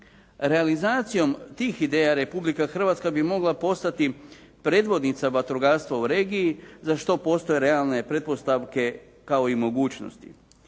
Realizacijom tih ideja Republika Hrvatska bi mogla postati predvodnica vatrogastva u regiji za što postoje realne pretpostavke kao i mogućnosti.